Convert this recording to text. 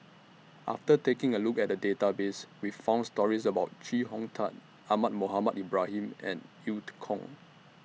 after taking A Look At The Database We found stories about Chee Hong Tat Ahmad Mohamed Ibrahim and EU Kong